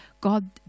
God